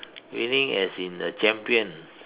winning as in the champion